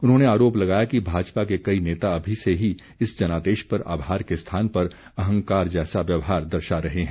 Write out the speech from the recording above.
उन्होंने आरोप लगाया कि भाजपा के कई नेता अभी से ही इस जनादेश पर आभार के स्थान पर अहंकार जैसा व्यवहार दर्शा रहे हैं